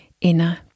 inner